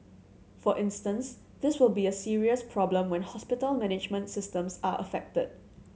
for instance this will be a serious problem when hospital management systems are affected